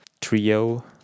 trio